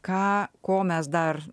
ką ko mes dar